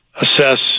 assess